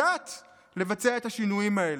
לבצע את השינויים האלה.